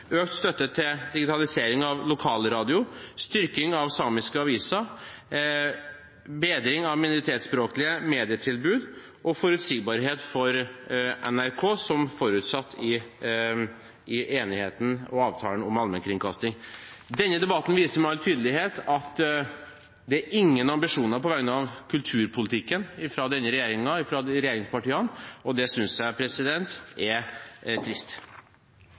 økt støtte til digitalisering av lokalradio, styrking av samiske aviser, bedring av minoritetsspråklige medietilbud og forutsigbarhet for NRK, som forutsatt i enigheten og avtalen om allmennkringkasting. Denne debatten viser med all tydelighet at det ikke er noen ambisjoner på vegne av kulturpolitikken fra denne regjeringen, fra regjeringspartiene, og det synes jeg er trist.